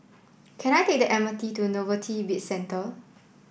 can I take the M R T to Novelty Bizcentre